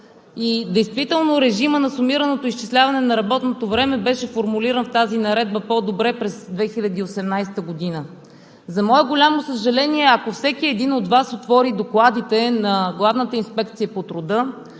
и действително режимът на сумираното изчисляване на работното време беше формулиран в тази наредба през 2018 г. по добре. За мое голямо съжаление, ако всеки един от Вас отвори докладите на Главната инспекция по труда